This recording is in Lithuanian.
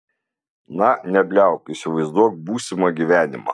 na nebliauk įsivaizduok būsimą gyvenimą